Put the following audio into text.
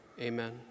Amen